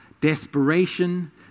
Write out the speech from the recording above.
desperation